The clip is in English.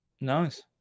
Nice